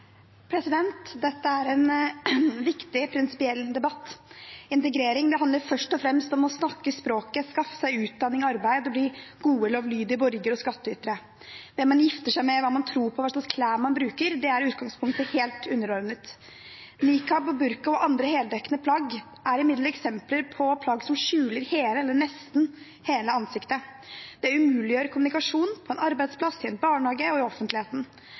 en viktig prinsipiell debatt. Integrering handler først og fremst om å snakke språket, skaffe seg utdanning og arbeid og bli gode, lovlydige borgere og skattytere. Hvem man gifter seg med, hva man tror på, og hva slags klær man bruker, er i utgangspunktet helt underordnet. Nikab, burka og andre heldekkende plagg er imidlertid eksempler på plagg som skjuler hele eller nesten hele ansiktet. Det umuliggjør kommunikasjonen på en arbeidsplass, i en barnehage og i offentligheten.